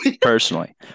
personally